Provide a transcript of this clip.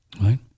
right